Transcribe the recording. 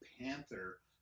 Panther